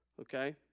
Okay